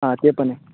हा ते पण आहे